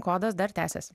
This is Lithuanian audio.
kodas dar tęsiasi